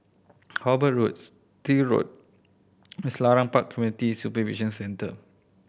Hobart Road Still Road Selarang Park Community Supervision Centre